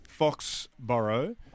Foxborough